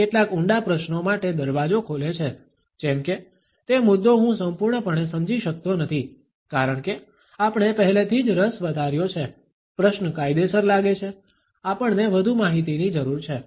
તે કેટલાક ઊંડા પ્રશ્નો માટે દરવાજો ખોલે છે જેમ કે તે મુદ્દો હું સંપૂર્ણપણે સમજી શકતો નથી કારણ કે આપણે પહેલેથી જ રસ વધાર્યો છે પ્રશ્ન કાયદેસર લાગે છે આપણને વધુ માહિતીની જરૂર છે